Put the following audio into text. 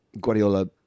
Guardiola